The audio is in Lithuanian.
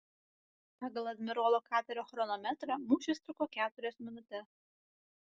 pagal admirolo katerio chronometrą mūšis truko keturias minutes